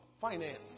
finance